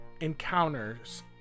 encounters